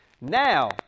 Now